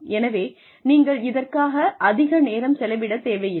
எனவே நீங்கள் இதற்காக அதிக நேரம் செலவிட தேவையில்லை